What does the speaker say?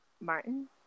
Martin